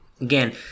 Again